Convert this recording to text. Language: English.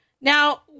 Now